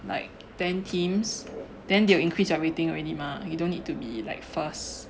like ten teams then they'll increase your rating already mah you don't need to be like first